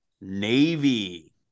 Navy